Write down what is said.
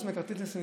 שחוץ מכרטיס נסיעה,